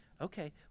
Okay